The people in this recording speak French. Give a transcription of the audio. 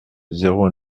zéro